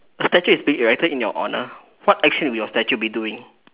a statue is erected in your honour what action will your statue be doing